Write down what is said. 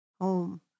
home